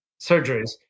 surgeries